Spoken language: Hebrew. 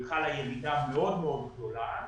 חלה ירידה מאוד מאוד גדולה.